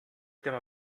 tema